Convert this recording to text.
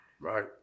Right